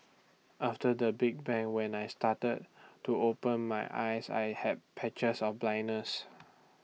after the big bang when I started to open my eyes I had patches of blindness